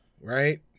right